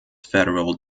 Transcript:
federal